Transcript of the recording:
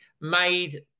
made